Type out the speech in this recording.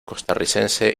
costarricense